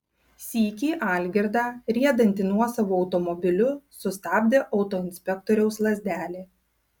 sykį algirdą riedantį nuosavu automobiliu sustabdė autoinspektoriaus lazdelė